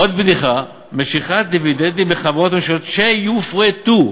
עוד בדיחה: משיכת דיבידנדים מחברות ממשלתיות שיופרטו.